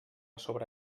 sobre